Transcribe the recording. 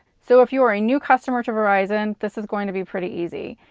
so, if you are a new customer to verizon, this is going to be pretty easy.